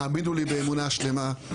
האמינו לי באמונה שלמה.